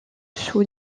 sous